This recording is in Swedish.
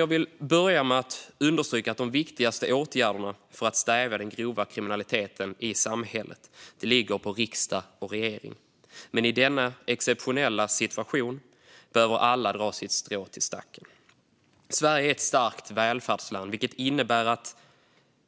Jag vill börja med att understryka att de viktigaste åtgärderna för att stävja den grova kriminaliteten i samhället är riksdagens och regeringens ansvar, men i denna exceptionella situation behöver alla dra sitt strå till stacken. Sverige är ett starkt välfärdsland, vilket innebär att man